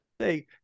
say